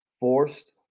forced